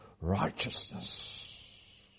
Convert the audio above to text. righteousness